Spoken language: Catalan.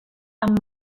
amb